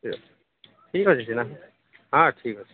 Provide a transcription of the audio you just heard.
ଠିକ୍ ଅଛି ଠିକ୍ ଅଛି ସିନା ହଁ ଠିକ୍ ଅଛି